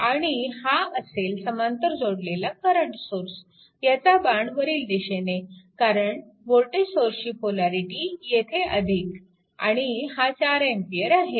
आणि हा असेल समांतर जोडलेला करंट सोर्स ह्याचा बाण वरील दिशेने कारण वोल्टेज सोर्सची पोलॅरिटी येथे आणि हा 4A आहे